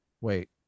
Wait